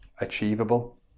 achievable